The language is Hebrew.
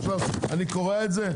עכשיו אני קורע את זה?